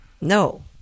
No